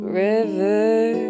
river